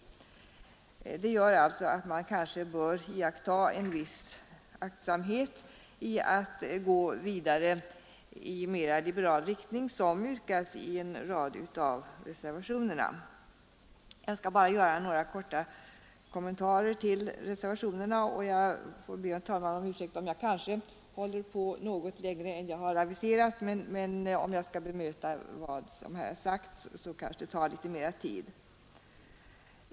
Detta gör alltså att man bör iaktta en viss aktsamhet när det gäller att gå vidare i mera liberal riktning, vilket yrkas i en rad av reservationerna. Jag skall bara göra några korta kommentarer till reservationerna. Jag ber herr talmannen om ursäkt, ifall jag håller på något längre än vad jag har aviserat, men om jag skall kunna bemöta vad som tidigare har sagts, kanske det tar litet längre tid.